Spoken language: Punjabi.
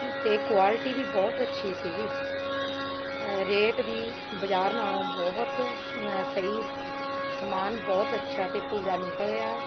ਅਤੇ ਕੋਆਲਟੀ ਵੀ ਬਹੁਤ ਅੱਛੀ ਸੀਗੀ ਰੇਟ ਵੀ ਬਜ਼ਾਰ ਨਾਲੋਂ ਬਹੁਤ ਸਹੀ ਸੀ ਸਮਾਨ ਬਹੁਤ ਅੱਛਾ ਅਤੇ ਪੂਰਾ ਨਿਕਲ਼ਿਆ